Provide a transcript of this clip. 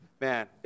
Man